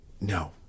No